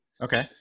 okay